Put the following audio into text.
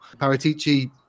Paratici